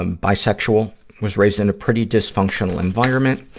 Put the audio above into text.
um bisexual, was raised in a pretty dysfunctional environment,